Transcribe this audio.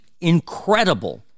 incredible